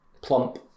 plump